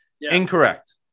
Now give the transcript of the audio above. Incorrect